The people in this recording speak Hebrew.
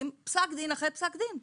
פסק דין אחרי פסק דין.